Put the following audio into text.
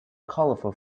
colorful